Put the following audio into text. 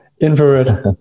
infrared